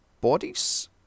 bodies